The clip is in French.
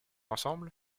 ensemble